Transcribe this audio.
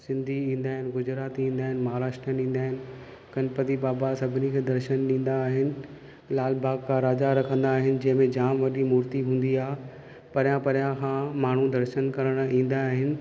सिंधी ईंदा आहिनि गुजराती ईंदा आहिनि महाराष्ट्रनि ईंदा आहिनि गनपति बाबा सभिनी खे दर्शन ॾींदा आहिनि लालबाग का राजा रखंदा आहिनि जंहिं में जाम वॾी मुर्ती हूंदी आहे परियां परियां खां माण्हू दर्शन करण ईंदा आहिनि